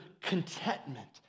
contentment